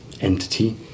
entity